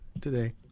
today